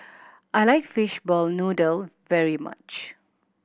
I like fishball noodle very much